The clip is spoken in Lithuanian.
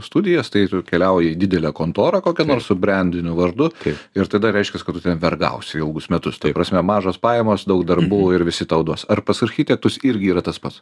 studijas tai tu keliauji į didelę kontorą kokią nors su brendiniu vardu ir tada reiškias kad tu ten vergausi ilgus metus tai prasme mažos pajamos daug darbų ir visi tau duos ar pas architektus irgi yra tas pats